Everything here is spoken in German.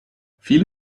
viele